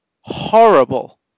horrible